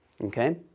okay